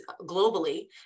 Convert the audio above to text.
globally